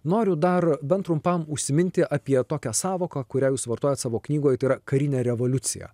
noriu dar bent trumpam užsiminti apie tokią sąvoką kurią jūs vartojat savo knygoj tai yra karinę revoliuciją